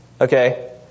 Okay